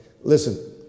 Listen